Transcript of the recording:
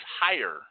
higher